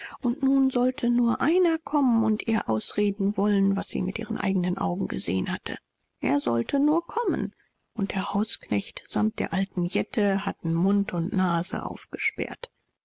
und nun sollte nur einer kommen und ihr ausreden wollen was sie mit ihren eigenen augen gesehen hatte er sollte nur kommen und der hausknecht samt der alten jette hatten mund und nase aufgesperrt